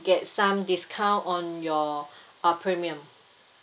get some discount on your uh premium